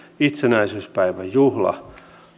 itsenäisyyspäivän juhla